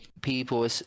people